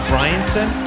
Bryanson